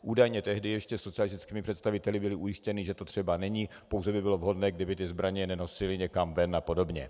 Údajně tehdy ještě socialistickými představiteli byli ujištěni, že to třeba není, pouze by bylo vhodné, kdyby zbraně nenosili ven a podobně.